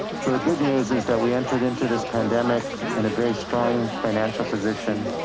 so the good news is that we entered into this pandemic in a very strong financial position.